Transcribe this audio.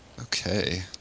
Okay